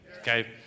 Okay